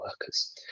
workers